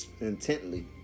Intently